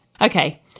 Okay